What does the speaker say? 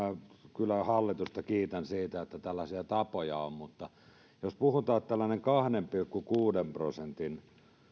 kyllä hallitusta kiitän siitä että tällaisia tapoja on mutta pakko on tässäkin kohtaa sanoa että jos puhutaan tällaisesta kahden pilkku kuuden prosentin